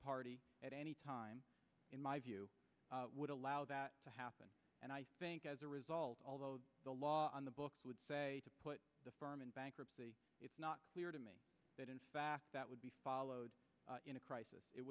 party at any time in my view would allow that to happen and i think as a result although the law on the books would say to put the firm in bankruptcy it's not clear to me that in fact that would be followed in a crisis it